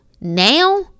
Now